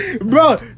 Bro